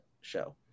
show